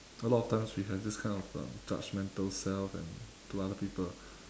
a lot of times we have this kind of um judgmental self and to other people